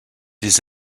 des